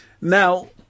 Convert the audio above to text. Now